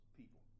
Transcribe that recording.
people